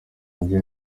mubyeyi